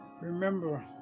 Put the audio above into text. Remember